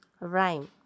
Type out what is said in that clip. rhyme